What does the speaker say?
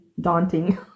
daunting